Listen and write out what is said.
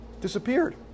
Disappeared